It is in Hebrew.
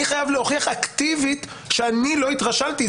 אני חייב להוכיח אקטיבית שאני לא התרשלתי.